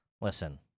Listen